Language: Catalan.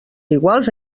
iguals